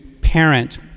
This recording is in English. parent